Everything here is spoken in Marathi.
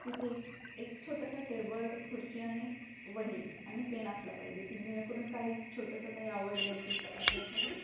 तिथे एक छोटंसं टेबल खुर्ची आणि वही आणि पेन असलं पाहिजे की जेणेकरून काही छोटंसं काही आवडलं पुस्तकातलं एखादं